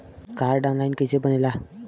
Card online कइसे बनेला?